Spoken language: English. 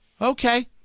Okay